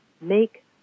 Make